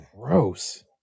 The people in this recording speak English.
gross